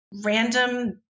random